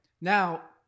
Now